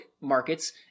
markets